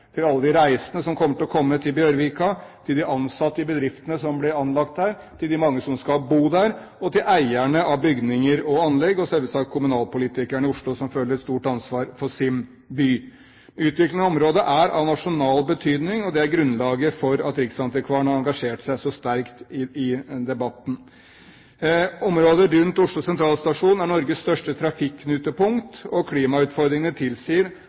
til alle de reisende som kommer til å komme til Bjørvika, til de ansatte i bedriftene som blir anlagt der, til de mange som skal bo der, til eierne av bygninger og anlegg og selvsagt kommunalpolitikerne i Oslo, som føler et stort ansvar for sin by. Utviklingen av området er av nasjonal betydning. Det er grunnlaget for at Riksantikvaren har engasjert seg så sterkt i debatten. Området rundt Oslo Sentralstasjon er Norges største trafikknutepunkt. Klimautfordringene tilsier